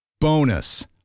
Bonus